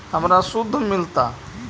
हमरा शुद्ध मिलता?